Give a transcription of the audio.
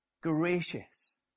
gracious